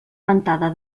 ventada